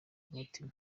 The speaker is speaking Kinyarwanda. umutima